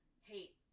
hate